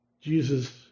Jesus